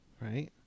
right